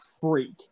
freak